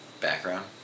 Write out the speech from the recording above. background